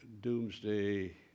doomsday